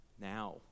now